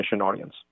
audience